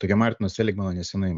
tokia martino seligmano nesenai